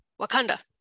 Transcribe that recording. Wakanda